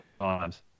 times